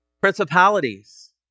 Principalities